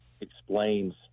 explains